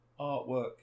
artwork